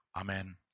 Amen